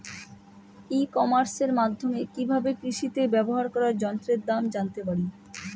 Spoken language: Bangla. ই কমার্সের মাধ্যমে কি ভাবে কৃষিতে ব্যবহার করা যন্ত্রের দাম জানতে পারি?